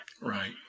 Right